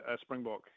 Springbok